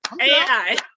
AI